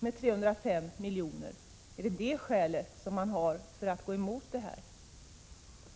Jag tyckte mig kunna utläsa det av vad Bengt Rosén sade.